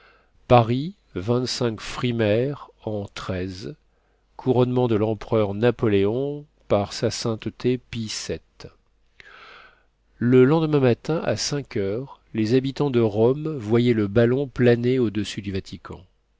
paris frimaire an xiii couronnement de l'empereur napoléon par s s pie vii le lendemain matin à cinq heures les habitants de rome voyaient le même ballon planer au-dessus du vatican